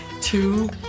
two